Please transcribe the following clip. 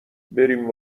بریم